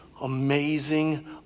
amazing